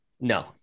No